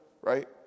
Right